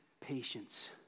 patience